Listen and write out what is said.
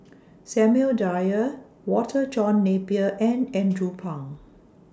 Samuel Dyer Walter John Napier and Andrew Phang